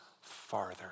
farther